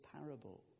parable